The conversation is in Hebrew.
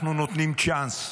אנחנו נותנים צ'אנס.